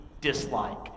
dislike